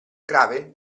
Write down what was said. grave